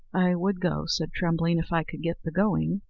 i would go, said trembling, if i could get the going.